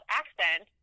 accent